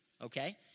okay